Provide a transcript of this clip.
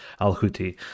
al-Houthi